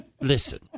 Listen